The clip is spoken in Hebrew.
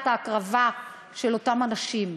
את ההקרבה של אותם אנשים,